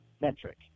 metric